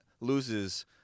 loses